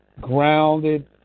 grounded